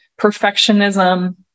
perfectionism